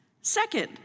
Second